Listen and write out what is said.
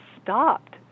stopped